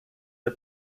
the